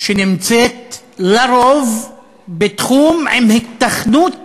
שנמצאת לרוב בתחום עם היתכנות תכנונית.